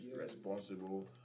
responsible